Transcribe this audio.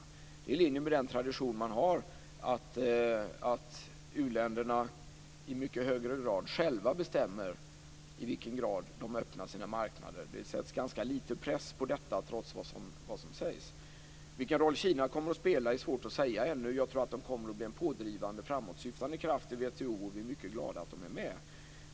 Det är i linje med den tradition man har, att uländerna i mycket större utsträckning själva bestämmer i vilken grad de öppnar sina marknader. Det sätts ganska lite press på detta trots vad som sägs. Vilken roll Kina kommer att spela är ännu svårt att säga. Jag tror att de kommer att bli en pådrivande, framåtsyftande kraft i WTO, och vi är mycket glada att de är med.